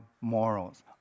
morals